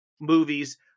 movies